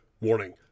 Warning